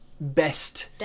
best